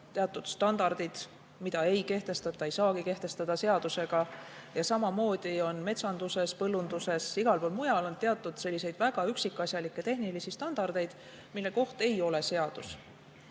teatud standardid, mida ei kehtestata ega saagi kehtestada seadusega. Samamoodi on metsanduses, põllunduses ja igal pool mujal teatud üksikasjalikke tehnilisi standardeid, mille koht ei ole seaduses.